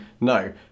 No